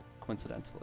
coincidentally